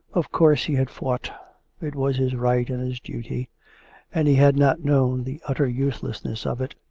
of course, he had fought it was his right and his duty and he had not known the utter use lessness of it,